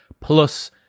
plus